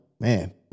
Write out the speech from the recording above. Man